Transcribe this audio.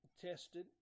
tested